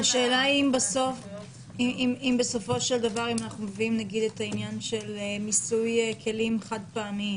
אם בסופו של דבר אנחנו מביאים את העניין של מיסוי כלים חד-פעמיים